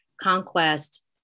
conquest